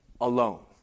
alone